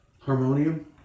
harmonium